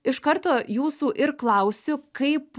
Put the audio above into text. iš karto jūsų ir klausiu kaip